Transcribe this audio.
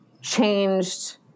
changed